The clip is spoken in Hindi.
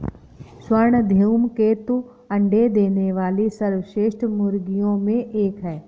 स्वर्ण धूमकेतु अंडे देने वाली सर्वश्रेष्ठ मुर्गियों में एक है